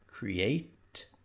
Create